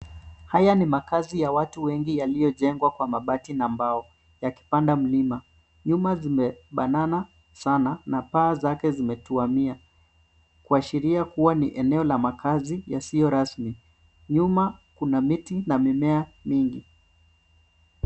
Haya ni makaazi ya watu wengi yaliyojengwa kwa mabati na mbao yakipanda mlima. Nyumba zimebanana sana na paa zake zimetuamia kuashiria kuwa ni eneo la makaazi yasiyo rasmi. Nyuma kuna miti na mimea mingi.